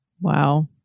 Wow